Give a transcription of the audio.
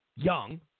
Young